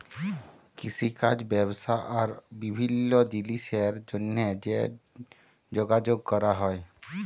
কিষিকাজ ব্যবসা আর বিভিল্ল্য জিলিসের জ্যনহে যে যগাযগ ক্যরা হ্যয়